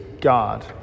God